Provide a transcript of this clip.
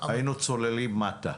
היינו צוללים מטה.